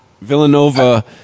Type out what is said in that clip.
villanova